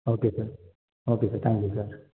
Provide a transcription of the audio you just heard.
okay sir okay sir thank you sir